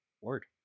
word